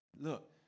look